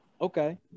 Okay